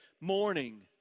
morning